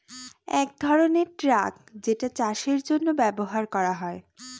এক ধরনের ট্রাক যেটা চাষের জন্য ব্যবহার করা হয়